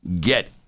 get